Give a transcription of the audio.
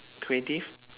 creative